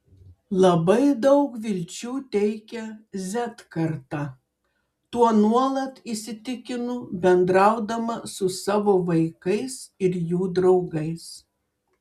labai daug vilčių teikia z karta tuo nuolat įsitikinu bendraudama su savo vaikais ir jų draugais